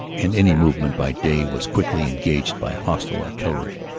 and any movement by day was quickly engaged by hostile artillery.